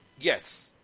Yes